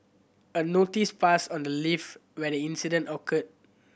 a notice pasted on the lift where the incident occurred